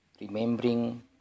remembering